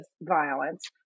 violence